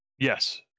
Yes